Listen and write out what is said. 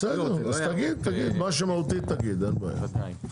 בסדר, אז תגיד, מה שמהותי תגיד, אין בעיה.